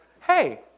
hey